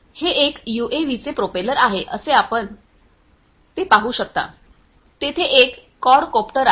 हे एक यूएव्हीचे प्रोपेलर आहे जसे आपण हे पाहू शकता येथे एक क्वाडकोप्टर आहे